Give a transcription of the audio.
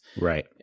Right